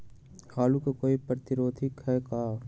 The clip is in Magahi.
आलू के कोई प्रतिरोधी है का?